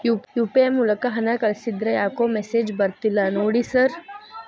UPI ಮೂಲಕ ಹಣ ಕಳಿಸಿದ್ರ ಯಾಕೋ ಮೆಸೇಜ್ ಬರ್ತಿಲ್ಲ ನೋಡಿ ಸರ್?